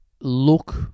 look